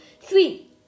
three